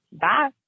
Bye